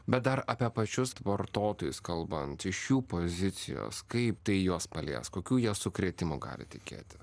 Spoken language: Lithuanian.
bet dar apie pačius vartotojus kalbant iš jų pozicijos kaip tai juos palies kokių jie sukrėtimų gali tikėtis